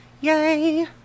yay